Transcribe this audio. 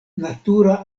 natura